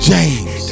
James